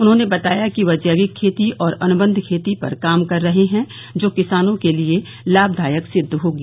उन्होंने बताया कि वह जैविक खेती और अनुबंध खेती पर काम कर रहे हैं जो किसानों के लिए लाभदायक सिद्ध होगी